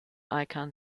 icon